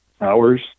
hours